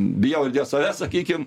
bijau ir dėl savęs sakykim